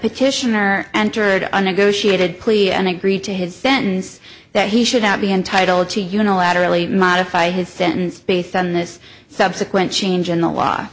petitioner entered a negotiated plea and agreed to his sentence that he should not be entitled to unilaterally modify his sentence based on this subsequent change in the law